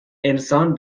انسان